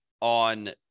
on